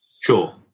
sure